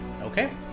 Okay